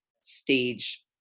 stage